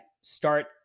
start